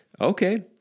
Okay